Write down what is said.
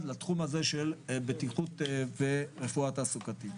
לתחום הזה של בטיחות ורפואה תעסוקתית.